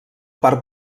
part